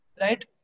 right